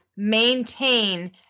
Maintain